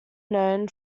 known